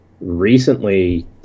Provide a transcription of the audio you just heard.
recently